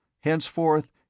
henceforth